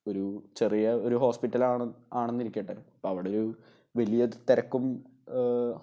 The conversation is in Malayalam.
ഒരു ചെറിയ ഒരു ഹോസ്പിറ്റലാണെന്ന് ആണെന്നിരിക്കട്ടെ അപ്പം അവിടൊരു വലിയ തിരക്കും